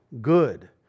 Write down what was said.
good